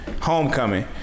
Homecoming